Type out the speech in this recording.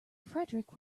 fedric